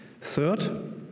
Third